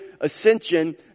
ascension